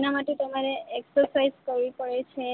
એના માટે તમારે એક્સરસાઈઝ કરવી પડે છે